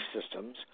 systems